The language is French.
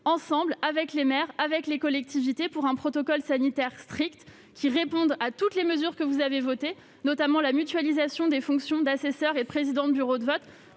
en lien avec les maires et les collectivités, à un protocole sanitaire strict, qui réponde à toutes les mesures que vous avez votées, notamment la mutualisation des fonctions d'assesseur et de président de bureau de vote.